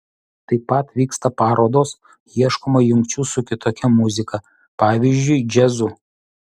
taip pat vyksta parodos ieškoma jungčių su kitokia muzika pavyzdžiui džiazu